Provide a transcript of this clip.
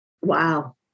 Wow